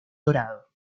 dorado